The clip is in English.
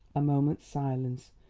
a moment's silence,